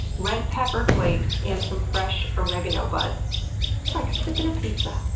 red pepper flakes, and some fresh oregano buds. it's like sippin' a pizza!